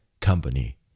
Company